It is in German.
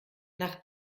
nach